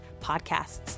podcasts